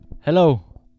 Hello